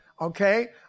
okay